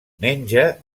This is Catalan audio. menja